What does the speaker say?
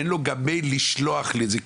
אין לו גם מייל לשלוח לי את זה,